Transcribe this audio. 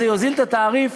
זה יוזיל את התעריף